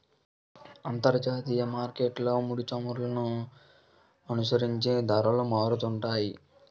అంతర్జాతీయ మార్కెట్లో ముడిచమురులను అనుసరించి ధరలు మారుతుంటాయి